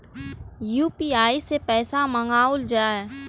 UPI सै पैसा मंगाउल जाय?